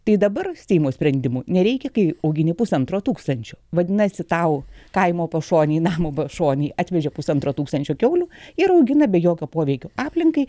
tai dabar seimo sprendimų nereikia kai augini pusantro tūkstančio vadinasi tau kaimo pašonėj namo pašonėj atvežė pusantro tūkstančio kiaulių ir augina be jokio poveikio aplinkai